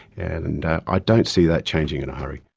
and i ah don't see that changing in a hurry.